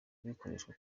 bikoreshwa